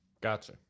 Gotcha